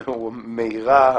המהירה,